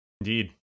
Indeed